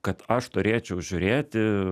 kad aš turėčiau žiūrėti